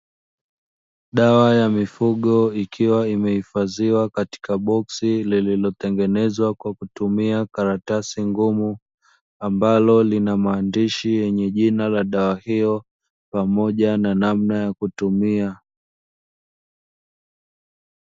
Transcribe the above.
Dawa ya mifugo ikiwa imehifadhiwa katika boksi, lililotengenezwa kwa kutumia karatasi ngumu, ambalo lina maandishi yenye jina la dawa hiyo pamoja na namna ya kutumia.